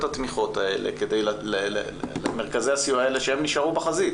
התמיכות האלה למרכזי הסיוע האלה שנשארו בחזית,